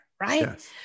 Right